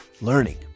Learning